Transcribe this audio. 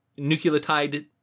nucleotide